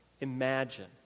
imagine